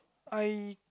I